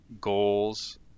goals